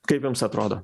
kaip jums atrodo